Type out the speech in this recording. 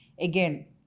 Again